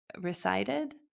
recited